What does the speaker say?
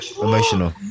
emotional